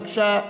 בבקשה,